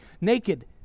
Naked